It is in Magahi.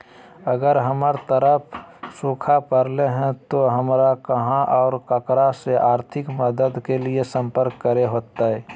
अगर हमर तरफ सुखा परले है तो, हमरा कहा और ककरा से आर्थिक मदद के लिए सम्पर्क करे होतय?